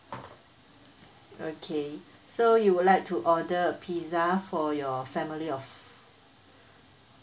okay so you would like to order a pizza for your family of